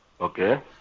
Okay